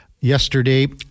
yesterday